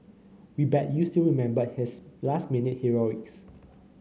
we bet you still remember his last minute heroics